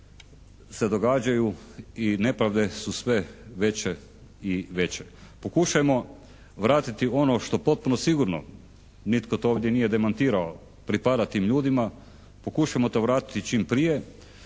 se događaju i nepravde su sve veće i veće. Pokušajmo vratiti ono što potpuno sigurno nitko to ovdje nije demantirao, pripada tim ljudima. Pokušajmo to vratiti čim prije.